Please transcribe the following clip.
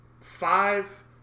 five